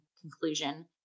conclusion